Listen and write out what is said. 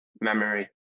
memory